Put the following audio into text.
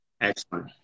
Excellent